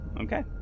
Okay